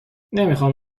نمیخام